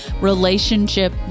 relationship